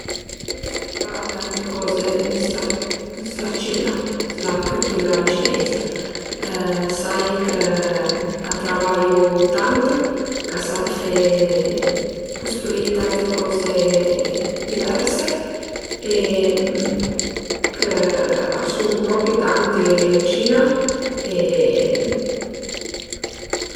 Mi sai pa tante coze s'la Cina, s'la cültüra cineiza, sai chë a travaiu tant, ch'a san fe custrüì tante coze diverse e chë a sun propi tanti ën Cina e